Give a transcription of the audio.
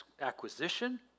acquisition